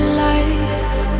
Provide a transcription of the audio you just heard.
life